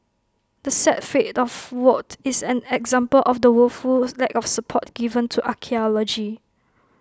the sad fate of WoT is but an example of the woeful lack of support given to archaeology